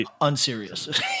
unserious